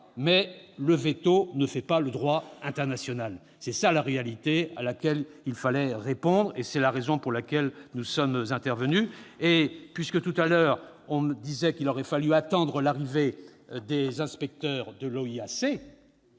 mais qu'il ne fait pas le droit international. Telle est la réalité à laquelle il fallait répondre et c'est la raison pour laquelle nous sommes intervenus. On m'a objecté qu'il aurait fallu attendre l'arrivée des inspecteurs de l'OIAC.